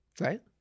Right